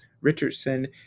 Richardson